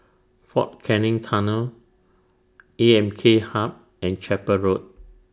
Fort Canning Tunnel A M K Hub and Chapel Road